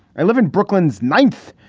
i live in brooklyn's ninth,